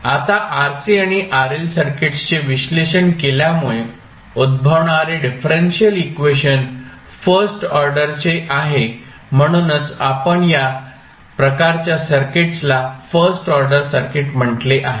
आता RC आणि RL सर्किट्सचे विश्लेषण केल्यामुळे उद्भवणारे डिफरेंशियल इक्वेशन फर्स्ट ऑर्डरचे आहे म्हणूनच आपण या प्रकारच्या सर्किट्सला फर्स्ट ऑर्डर सर्किट म्हटले आहे